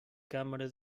câmera